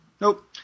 Nope